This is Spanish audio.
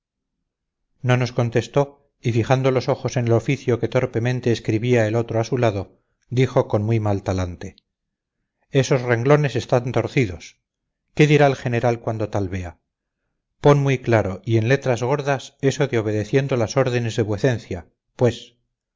no nos contestó y fijando los ojos en el oficio que torpemente escribía el otro a su lado dijo con muy mal talante esos renglones están torcidos qué dirá el general cuando tal vea pon muy claro y en letras gordas eso de obedeciendo las órdenes de vuecencia pues